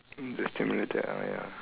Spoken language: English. the simulated ah ya lah